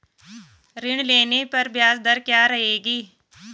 ऋण लेने पर ब्याज दर क्या रहेगी?